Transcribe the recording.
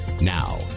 Now